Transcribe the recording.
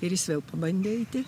ir jis vėl pabandė eiti